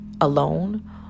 alone